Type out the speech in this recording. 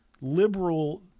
liberal